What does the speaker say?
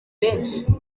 benshi